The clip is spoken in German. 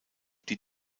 die